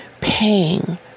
paying